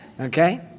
Okay